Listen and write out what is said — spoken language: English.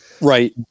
Right